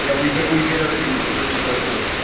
you know we've we've interviewed bruce lipton.